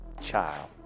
child